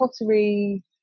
pottery